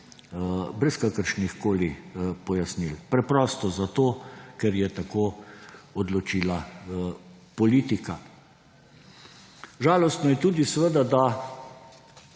brez kakršnihkoli pojasnil. Preprosto zato, ker je tako odločila politika. Žalostno je tudi seveda, da